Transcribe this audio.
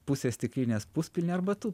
pusė stiklinės puspilnė arba tu